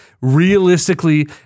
Realistically